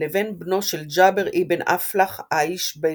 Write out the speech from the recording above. לבין בנו של ג'אבר אבן אפלח האישביליי,